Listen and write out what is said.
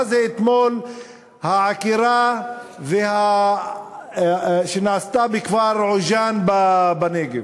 מה זה אתמול העקירה שנעשתה בכפר עוג'אן בנגב?